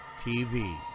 TV